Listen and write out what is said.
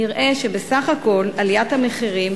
נראה שבסך הכול עליית המחירים